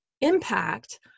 impact